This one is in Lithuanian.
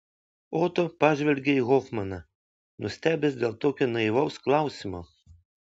oto pažvelgė į hofmaną nustebęs dėl tokio naivaus klausimo